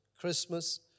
Christmas